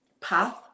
path